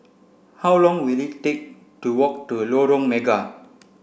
how long will it take to walk to Lorong Mega